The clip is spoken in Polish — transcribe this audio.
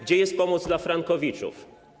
Gdzie jest pomoc dla frankowiczów?